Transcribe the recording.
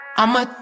I'ma